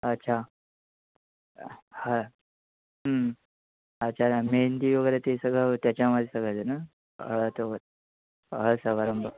अच्छा हां अच्छा मेहेंदी वगैरे ते सगळं त्याच्यामध्ये सगळंच आहे ना हळद वगैरे हळद समारंभ